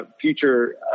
Future